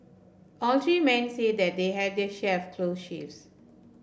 all three men say that they had their share of close shaves